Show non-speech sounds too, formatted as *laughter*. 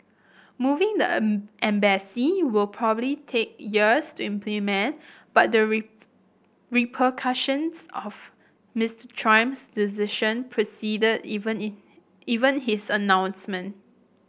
moving the *unintelligible* embassy will probably take years to implement but the *unintelligible* repercussions of Mister Trump's decision preceded even *unintelligible* even his announcement